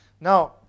Now